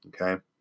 Okay